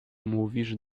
mówisz